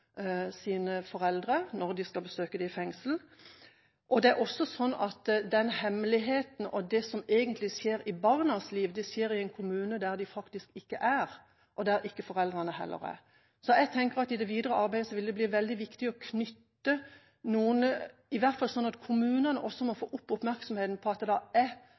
sine foreldre når de skal besøke dem i fengsel. Det er også sånn at den hemmeligheten og det som egentlig skjer i barnas liv, skjer i en kommune der de ikke faktisk er, og der heller ikke foreldrene er. Jeg tenker at i det videre arbeidet vil det bli veldig viktig at kommunene også retter oppmerksomheten mot at det er behov for å ha et tilbud til denne gruppa, og har informasjon om at det